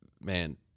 man